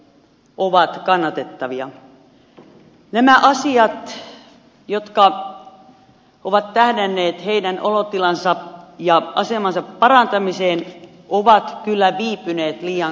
nämä asiat jotka ovat tähdänneet heidän olotilansa ja asemansa parantamiseen ovat kyllä viipyneet liian kauan